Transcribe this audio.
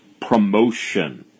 promotion